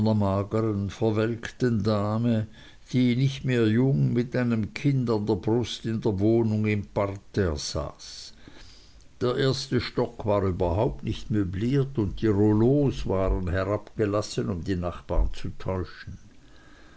dame die nicht mehr jung mit einem kind an der brust in der wohnung im parterre saß der erste stock war überhaupt nicht möbliert und die rouleaux waren herabgelassen um die nachbarn zu täuschen